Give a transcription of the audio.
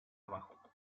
abajo